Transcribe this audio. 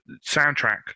soundtrack